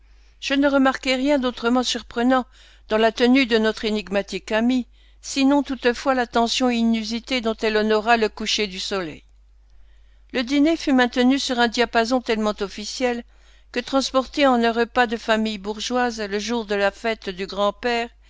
je ne remarquai rien d'autrement surprenant dans la tenue de notre énigmatique amie sinon toutefois l'attention inusitée dont elle honora le coucher du soleil le dîner fut maintenu sur un diapason tellement officiel que transporté en un repas de famille bourgeoise le jour de la fête du grand-père